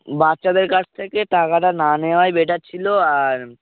বাচ্চাদের কাছ থেকে টাকাটা না নেওয়াই বেটার ছিল আর